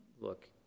look